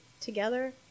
together